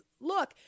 look